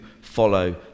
follow